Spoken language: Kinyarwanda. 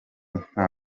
nta